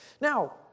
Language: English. Now